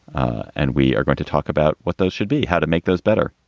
and we are going to talk about what those should be, how to make those better.